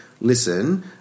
listen